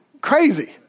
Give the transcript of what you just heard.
crazy